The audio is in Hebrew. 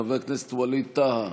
חבר הכנסת ווליד טאהא,